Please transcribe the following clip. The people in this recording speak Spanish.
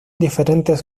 diferentes